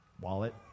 wallet